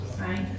right